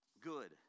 good